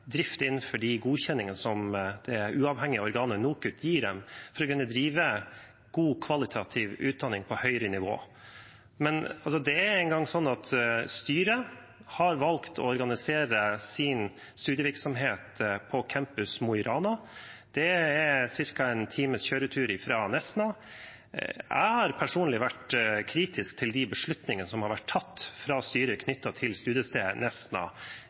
drift innenfor de godkjenningene som det uavhengige organet NOKUT gir dem, for å kunne drive god, kvalitativ utdanning på høyere nivå. Men det er en gang sånn at styret har valgt å organisere sin studievirksomhet på campus Mo i Rana. Det er ca. én times kjøretur fra Nesna. Jeg har personlig vært kritisk til de beslutningene som har vært tatt fra styret knyttet til